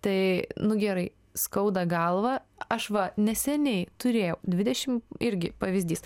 tai nu gerai skauda galvą aš va neseniai turėjau dvidešim irgi pavyzdys